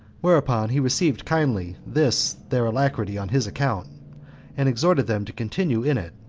whereupon he received kindly this their alacrity on his account and exhorted them to continue in it,